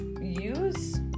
use